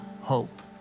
hope